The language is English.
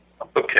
Okay